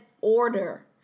order